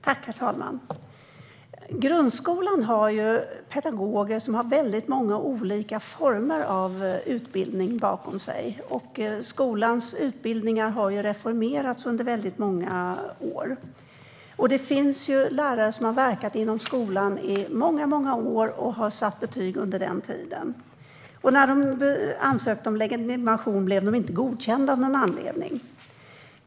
Herr talman! Grundskolan har ju pedagoger som har många olika former av utbildning bakom sig, och skolans utbildningar har reformerats under många år. Det finns lärare som har verkat inom skolan i många, många år och satt betyg under den tiden - och när de nu ansökt om legitimation har de av någon anledning inte blivit godkända.